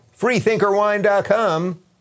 freethinkerwine.com